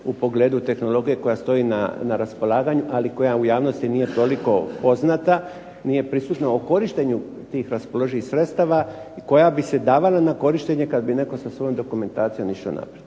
u pogledu tehnologije koja stoji na raspolaganju, ali koja nije u javnosti toliko poznata, nije prisutna o korištenju tih raspoloživih sredstava i koja bi se davala na korištenje kad bi netko sa svojom dokumentacijom išao naprijed.